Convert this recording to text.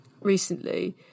recently